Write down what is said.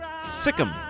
Sikkim